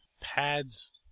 pads